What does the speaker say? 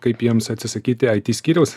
kaip jiems atsisakyti it skyriaus